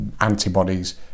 antibodies